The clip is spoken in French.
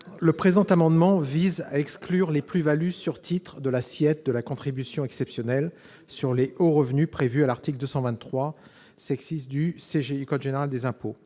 Le présent amendement vise à exclure les plus-values sur titres de l'assiette de la contribution exceptionnelle sur les hauts revenus prévue à l'article 223 du code général des impôts.